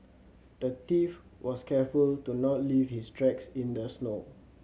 the thief was careful to not leave his tracks in the snow